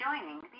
joining